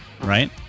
right